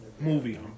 movie